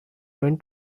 then